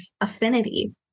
affinity